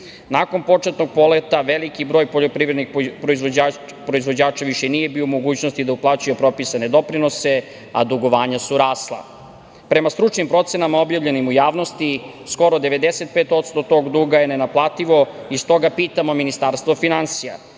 Nakon početnog poleta veliki broj poljoprivrednih proizvođača više nije bio u mogućnosti da uplaćuje propisane doprinose, a dugovanja su rasla. Prema stručnim procenama objavljenim u javnosti skoro 95% tog duga je nenaplativo i stoga pitamo Ministarstvo finansija